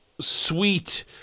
sweet